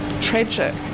tragic